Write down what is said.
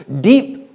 deep